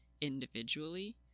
individually